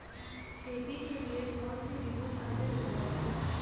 खेती के लिए कौन सी ऋतु सबसे उत्तम है?